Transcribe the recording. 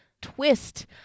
twist